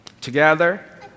together